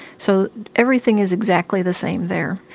so everything is exactly the same there.